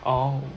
orh